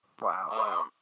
Wow